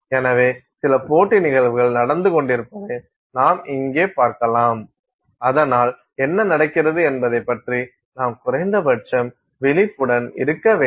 எனவே சில போட்டி நிகழ்வுகள் நடந்து கொண்டிருப்பதை நாம் இங்கே பார்க்கலாம் அதனால் என்ன நடக்கிறது என்பதைப் பற்றி நாம் குறைந்தபட்சம் விழிப்புடன் இருக்க வேண்டும்